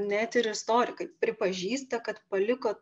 net ir istorikai pripažįsta kad paliko